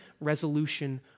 resolution